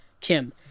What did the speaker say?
Kim